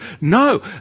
No